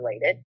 related